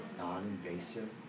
non-invasive